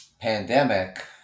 Pandemic